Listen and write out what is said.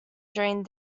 during